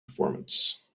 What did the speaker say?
performance